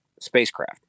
spacecraft